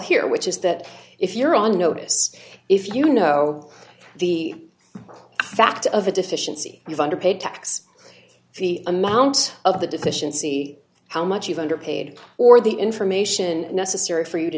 here which is that if you're on notice if you know the that of a deficiency of underpaid tax the amount of the deficiency how much you've underpaid or the information necessary for you to